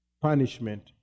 punishment